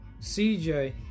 CJ